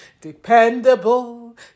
dependable